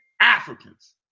Africans